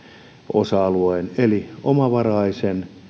osa alueen eli omavaraisen